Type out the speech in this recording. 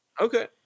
Okay